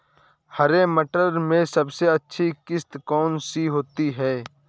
हरे मटर में सबसे अच्छी किश्त कौन सी होती है?